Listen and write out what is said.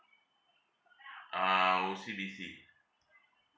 uh O_C_B_C